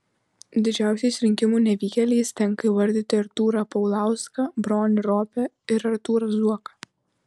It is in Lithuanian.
didžiausiais rinkimų nevykėliais tenka įvardyti artūrą paulauską bronį ropę ir artūrą zuoką